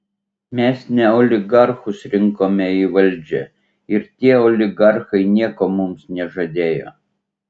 mes ne oligarchus rinkome į valdžią ir tie oligarchai nieko mums nežadėjo